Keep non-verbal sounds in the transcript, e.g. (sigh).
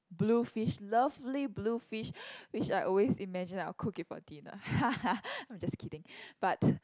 blue fish lovely blue fish which I always imagine I will cook it for dinner (laughs) I'm just kidding but